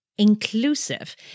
inclusive